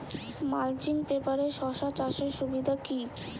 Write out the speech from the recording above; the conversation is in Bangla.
মালচিং পেপারে শসা চাষের সুবিধা কি?